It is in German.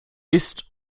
ist